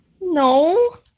No